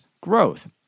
growth